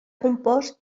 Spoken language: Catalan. compost